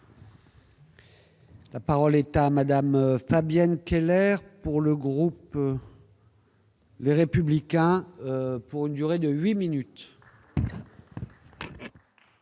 La parole est à madame Fabienne Keller pour le groupe. Les républicains pour une durée de 8 minutes.